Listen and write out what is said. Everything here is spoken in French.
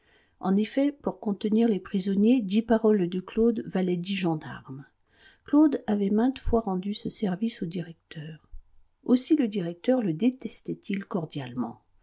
en effet pour contenir les prisonniers dix paroles de claude valaient dix gendarmes claude avait maintes fois rendu ce service au directeur aussi le directeur le détestait il cordialement